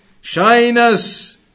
Shyness